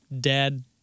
dad